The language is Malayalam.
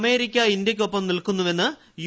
അമേരിക്ക ഇന്ത്യക്കൊപ്പം നിൽക്കുന്നുവെന്ന് യു